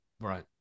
right